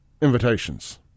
Invitations